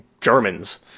Germans